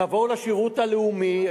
תבואו לשירות הלאומי,